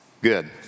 Good